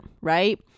right